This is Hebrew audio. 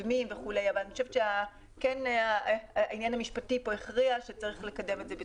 אבל העניין המשפטי הכריע שצריך לקדם את זה בדחיפות.